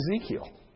Ezekiel